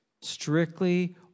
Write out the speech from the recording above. strictly